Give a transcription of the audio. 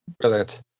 brilliant